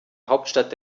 hauptstadt